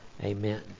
Amen